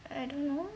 I don't know